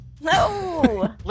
No